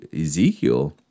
Ezekiel